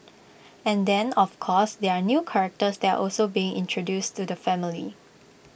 and then of course there are new characters that are also being introduced to the family